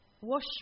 Wash